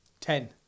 Ten